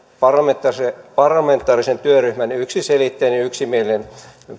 parlamentaarisen parlamentaarisen työryhmän yksiselitteinen ja yksimielinen